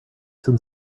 some